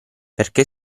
perché